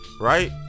right